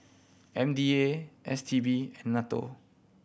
M D A S T B and NATO